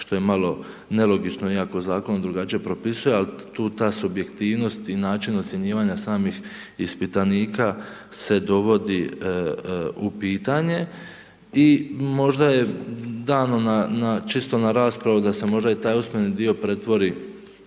što je malo nelogično, iako zakon drugačije propisuje, ali tu ta subjektivnost i način ocjenjivanja samih ispitanika se dovodi u pitanje i možda je dan na čisto na raspravu da se možda taj usmeni dio pretvori